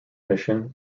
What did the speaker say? mission